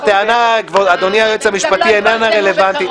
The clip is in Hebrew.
הטענה, אדוני היועץ המשפטי, איננה רלוונטית.